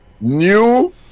new